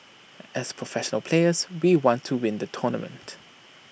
as professional players we want to win the tournament